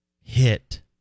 hit